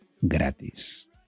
gratis